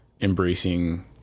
embracing